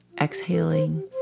exhaling